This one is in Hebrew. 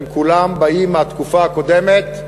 הם כולם באים מהתקופה הקודמת,